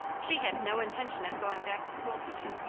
she had no intention of going back to school teaching.